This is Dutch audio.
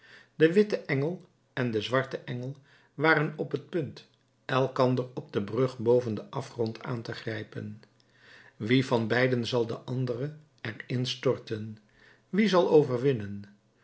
de witte engel en de zwarte engel waren op t punt elkander op de brug boven den afgrond aan te grijpen wie van beiden zal den andere er in storten wie zal overwinnen